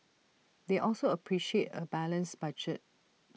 they also appreciate A balanced budget